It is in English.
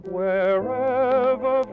wherever